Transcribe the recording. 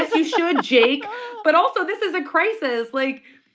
ah so you should, jake but also, this is a crisis. like,